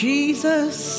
Jesus